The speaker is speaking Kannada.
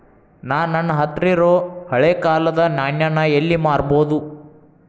ನಾ ನನ್ನ ಹತ್ರಿರೊ ಹಳೆ ಕಾಲದ್ ನಾಣ್ಯ ನ ಎಲ್ಲಿ ಮಾರ್ಬೊದು?